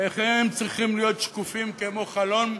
והם צריכים להיות שקופים כמו חלון,